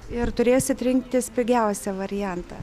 ir turėsit rinktis pigiausią variantą